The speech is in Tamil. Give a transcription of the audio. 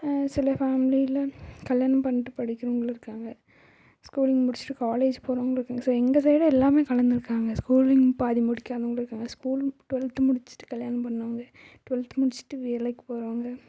சில ஃபேமிலியில் கல்யாணம் பண்ணிட்டு படிக்கிறவங்களும் இருக்காங்க ஸ்கூல் முடிச்சுட்டு காலேஜ் போகிறவங்களும் இருக்காங்க ஸோ எங்கள் சைடு கலந்திருக்காங்க ஸ்கூலிங் பாதி முடிக்காதவங்களும் இருக்காங்க ஸ்கூல் டுவெல்த் முடிச்சுட்டு கல்யாணம் பண்ணிணவங்க டுவெல்த் முடிச்சுட்டு வேலைக்கு போகிறவங்க